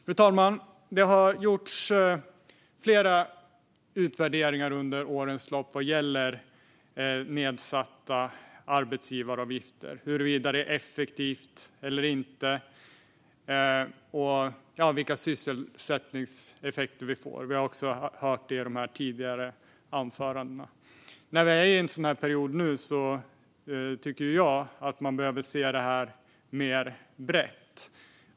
Fru talman! Flera utvärderingar har gjorts under årens lopp av nedsatta arbetsgivaravgifter, huruvida det är effektivt eller inte och vilka sysselsättningseffekter det får. Detta har vi hört om i tidigare anföranden. Nu när vi är i en sådan här period tycker jag att man behöver se på det mer brett.